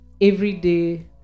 everyday